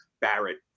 Barrett